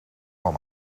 van